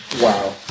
Wow